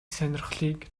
сонирхлыг